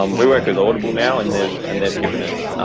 um we work with audible now and they've and they've given us